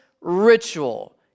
ritual